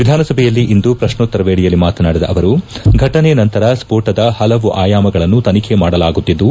ವಿಧಾನಸಭೆಯಲ್ಲಿಂದು ಪ್ರತ್ನೋತ್ತರ ವೇಳೆಯಲ್ಲಿ ಮಾತನಾಡಿದ ಅವರು ಫಟನೆ ನಂತರ ಸ್ನೋಟದ ಪಲವು ಆಯಾಮಗಳನ್ನು ತನಿಖೆ ಮಾಡಲಾಗುತ್ತಿದ್ದು